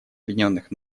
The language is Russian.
объединенных